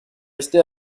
resté